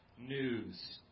news